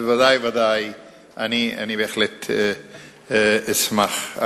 אני בהחלט אשמח.